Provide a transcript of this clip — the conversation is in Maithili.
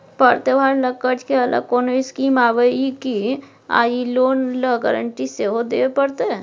पर्व त्योहार ल कर्ज के अलग कोनो स्कीम आबै इ की आ इ लोन ल गारंटी सेहो दिए परतै?